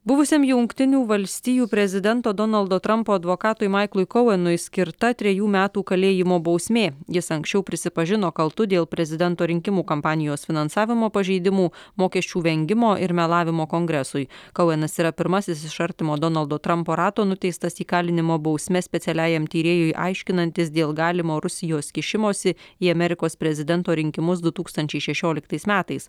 buvusiam jungtinių valstijų prezidento donaldo trampo advokatui maiklui kouenui skirta trejų metų kalėjimo bausmė jis anksčiau prisipažino kaltu dėl prezidento rinkimų kampanijos finansavimo pažeidimų mokesčių vengimo ir melavimo kongresui kouenas yra pirmasis iš artimo donaldo trampo rato nuteistas įkalinimo bausme specialiajam tyrėjui aiškinantis dėl galimo rusijos kišimosi į amerikos prezidento rinkimus du tūkstančiai šešioliktais metais